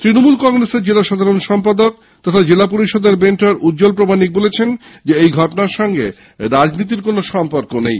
তৃণমূল কংগ্রেস দলের জেলা সাধারণ সম্পাদক তথা জেলা পরিষদের মেন্টর উজ্জ্বল প্রামাণিক বলেন ঘটনার সঙ্গে রাজনীতির কোনও সম্পর্ক নেই